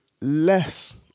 less